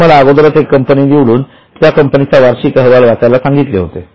मी तुम्हाला अगोदरच एक कंपनी निवडून त्या कंपनीचा वार्षिक अहवाल वाचायला सांगितले होते